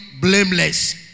blameless